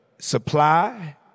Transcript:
supply